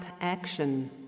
action